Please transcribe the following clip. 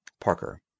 Parker